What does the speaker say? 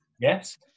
Yes